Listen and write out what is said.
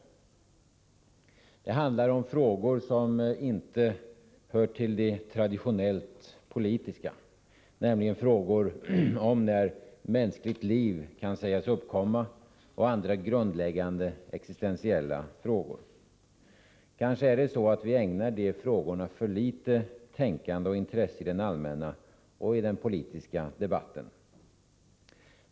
Det handlar om frågor som inte hör till de traditionellt politiska, nämligen frågor om när mänskligt liv kan sägas uppkomma och andra grundläggande existentiella frågor. Kanske är det så att vi ägnar de frågorna för litet tänkande och intresse i den allmänna och i den politiska debatten.